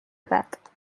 بعد